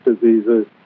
diseases